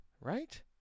right